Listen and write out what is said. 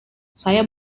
saya